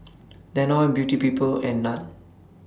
Danone Beauty People and NAN